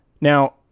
Now